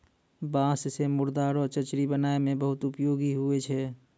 बाँस से मुर्दा रो चचरी बनाय मे बहुत उपयोगी हुवै छै